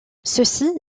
ceci